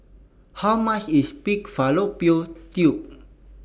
How much IS Pig Fallopian Tubes